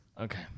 Okay